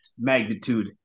magnitude